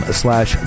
slash